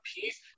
peace